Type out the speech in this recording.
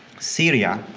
syria,